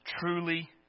truly